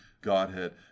Godhead